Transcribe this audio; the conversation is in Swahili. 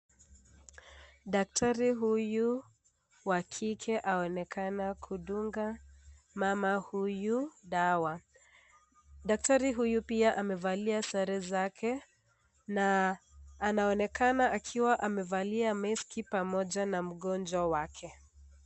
Daktari huyu wa kike aonekana kudunga mama huyu dawa. Daktari huyu pia amevalia sare zake na anaonekana akiwa amevalia meski pamoja na mgonjwa wake.